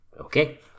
Okay